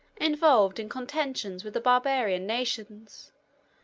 involved in contentions with the barbarian nations,